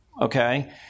Okay